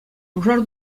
пушар